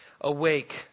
Awake